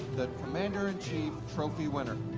the commander-in-chief trophy winner.